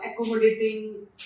accommodating